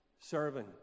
serving